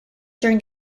during